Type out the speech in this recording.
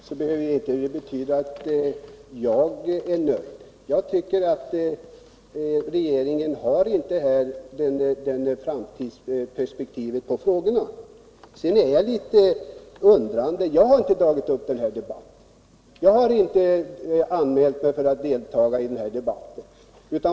Herr talman! Om regeringen är nöjd, behöver inte detta innebära att jag är nöjd. Jag tycker att regeringen här inte har de framtidsperspektiv på frågorna som behövs. Sedan ställer jag mig litet undrande. Det är inte jag som dragit upp denna debatt. Jag har inte anmält mig för att delta.